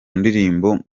ndirimbo